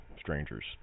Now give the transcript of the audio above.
Strangers